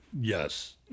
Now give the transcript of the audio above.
Yes